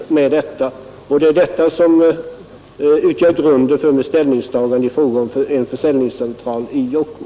Det är detta som utgör grunden för mitt ställningstagande när det gäller en försäljningscentral i Jokkmokk.